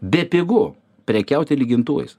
bepigu prekiauti lygintuvais